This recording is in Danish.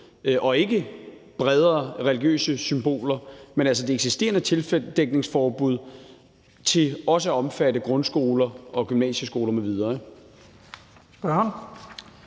– ikke bredere religiøse symboler, men det eksisterende tildækningsforbud – til også at omfatte grundskoler og gymnasieskoler m.v.